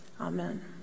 Amen